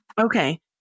Okay